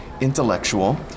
intellectual